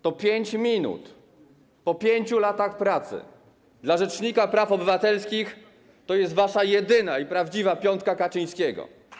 To 5 minut po 5 latach pracy dla rzecznika praw obywatelskich to jest wasza jedyna i prawdziwa piątka Kaczyńskiego.